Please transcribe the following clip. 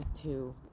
two